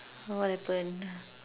what happen